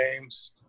games